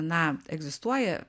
na egzistuoja